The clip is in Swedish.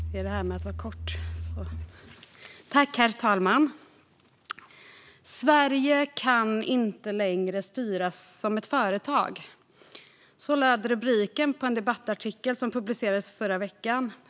Herr talman! "Sverige kan inte längre styras som ett företag." Så löd rubriken på en debattartikel som publicerades förra veckan.